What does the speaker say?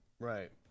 right